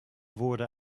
woorden